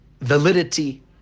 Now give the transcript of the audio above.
validity